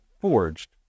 forged